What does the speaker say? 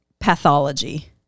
pathology